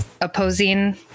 opposing